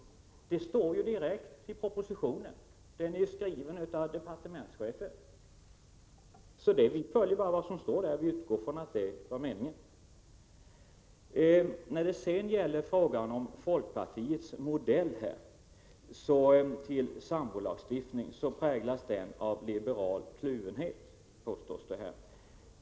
Det står i propositionen, som är skriven av departementschefen. Vi följer bara vad som står där och utgår från att det var meningen. Folkpartiets modell till sambolagstiftning präglas av liberal kluvenhet, påstås det här.